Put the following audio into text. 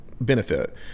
benefit